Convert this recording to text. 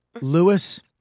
Lewis